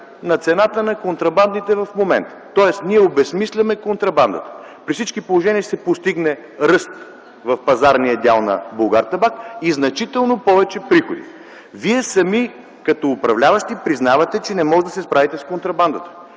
на цената на контрабандните в момента, тоест обезсмисляме контрабандата. При всички положения ще се постигне ръст в пазарния дял на „Булгартабак” и ще има значително повече приходи. Вие като управляващи признавате, че не можете да се справите с контрабандата.